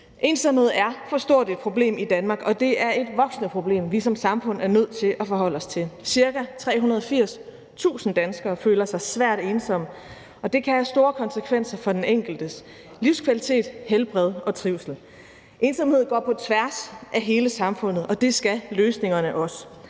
Ensomhed er for stort et problem i Danmark, og det er et voksende problem, vi som samfund er nødt til at forholde os til. Ca. 380.000 danskere føler sig svært ensomme, og det kan have store konsekvenser for den enkeltes livskvalitet, helbred og trivsel. Ensomhed går på tværs af hele samfundet, og det skal løsningerne også.